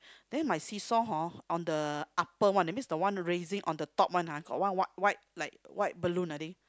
then my seesaw hor on the upper one that's mean the one raising on the top one !huh! got one white white like white balloon I think